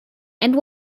and